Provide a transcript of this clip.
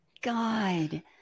God